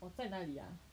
oh 在哪里啊